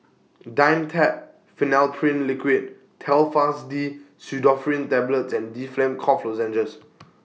Dimetapp Phenylephrine Liquid Telfast D Pseudoephrine Tablets and Difflam Cough Lozenges